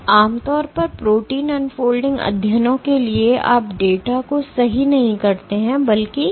तो आम तौर पर प्रोटीन अनफॉल्डिंग अध्ययनों के लिए आप डेटा को सही नहीं करते हैं बल्कि